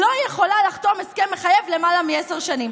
לא יכולה לחתום הסכם מחייב למעלה מעשר שנים.